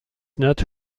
not